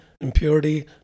impurity